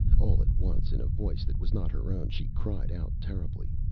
all at once, in a voice that was not her own, she cried out terribly,